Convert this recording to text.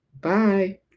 Bye